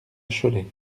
cholet